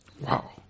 wow